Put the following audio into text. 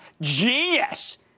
genius